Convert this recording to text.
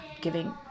giving